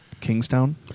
Kingstown